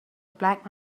black